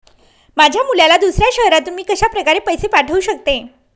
माझ्या मुलाला दुसऱ्या शहरातून मी कशाप्रकारे पैसे पाठवू शकते?